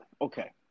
Okay